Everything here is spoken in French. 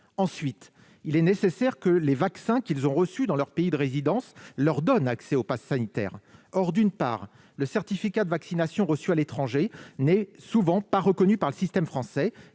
Ensuite, il est nécessaire que les vaccins reçus par les Français établis hors de France dans leur pays de résidence leur donnent accès au passe sanitaire. Or, d'une part, le certificat de vaccination reçu à l'étranger n'est souvent pas reconnu par le système français,